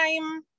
time